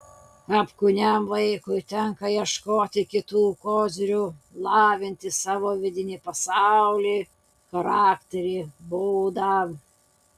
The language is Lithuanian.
apkūniam vaikui tenka ieškoti kitų kozirių lavinti savo vidinį pasaulį charakterį būdą